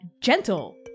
Gentle